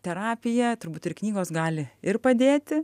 terapija turbūt ir knygos gali ir padėti